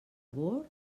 bord